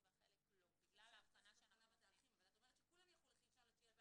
כל החלטה שתקבלו פה מקובלת עלי אבל אני חושבת שהאבחנה הזו בין אלה